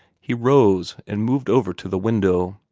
he rose and moved over to the window.